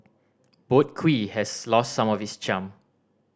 Boat Quay has lost some of this charm